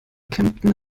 kempten